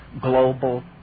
global